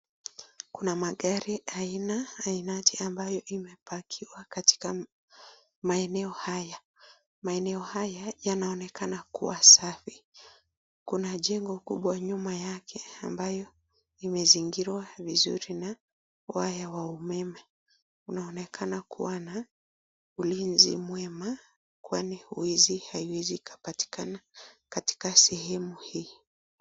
Kuna magari aina aina ambayo imepakiwa katika maeneo haya. Maeneo haya yanaeonekana kuwa safi. Kuna jengo kubwa nyuma yake ambayo imezingirwa vizuri na waya wa umeme. Unaonekana kuwa na ulinzi mwema kwani wizi haiwezi ikapatikana katika sehemu hii.